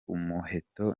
umuheto